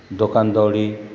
दोकानदडी